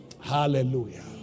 Hallelujah